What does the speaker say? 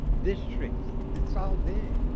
districts. it's all there.